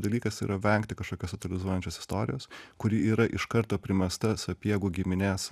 dalykas yra vengti kažkokios totalizuojančios istorijos kuri yra iš karto primesta sapiegų giminės